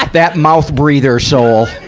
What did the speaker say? that mouth-breather's soul.